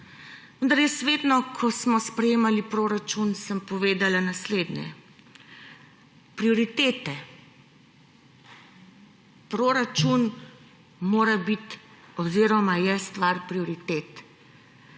jaz vedno, ko smo sprejemali proračun, sem povedala naslednje. Prioritete, proračun mora biti oziroma je stvar prioritet.